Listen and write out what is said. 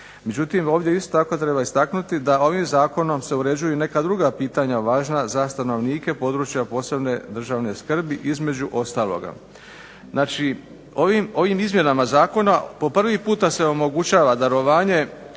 Međutim ovdje isto tako treba istaknuti da ovim zakonom se uređuju i neka druga pitanja važna za stanovnike područja posebne državne skrbi između ostaloga. Znači ovim izmjenama zakona po prvi puta se omogućava darovanje